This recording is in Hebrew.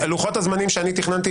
לוחות הזמנים שאני תכננתי,